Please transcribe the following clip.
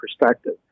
perspective